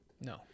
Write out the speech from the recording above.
no